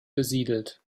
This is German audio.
besiedelt